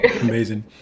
Amazing